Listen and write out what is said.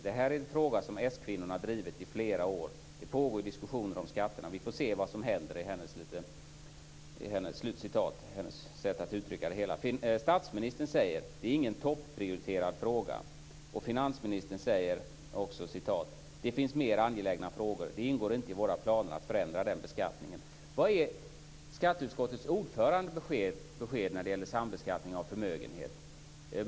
Det här är en fråga som s-kvinnorna drivit i flera år. Det pågår diskussioner om skatterna. Vi får se vad som händer. Detta är Inger Segelströms sätt att uttrycka det hela. Statsministern säger: Det är ingen topprioriterad fråga. Finansministern säger: Det finns mera angelägna frågor. Det ingår inte i våra planer att förändra den beskattningen. Vad är skatteutskottets ordförandes besked när det gäller sambeskattning av förmögenhet?